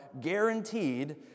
guaranteed